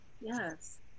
Yes